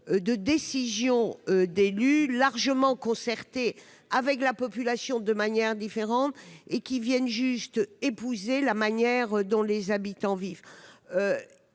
de décisions d'élus largement concertées avec la population et qui viennent juste épouser la manière dont les habitants vivent.